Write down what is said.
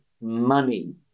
money